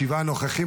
שבעה נוכחים.